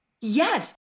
Yes